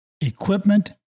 equipment